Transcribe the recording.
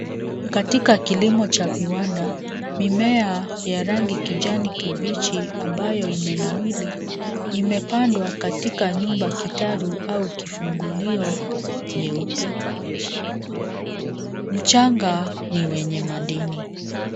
Katika kilimo cha viwanda, mimea ya rangi kijani kibichi ambayo imenawiri, imepandwa katika nyumba, kitalu au kifungulio nyeupe. Mchanga ni wenye madini.